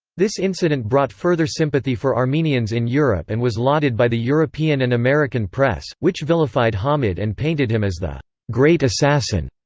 this incident brought further sympathy for armenians in europe and was lauded by the european and american press, which vilified hamid and painted him as the great assassin,